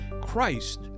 Christ